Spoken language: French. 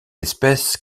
espèce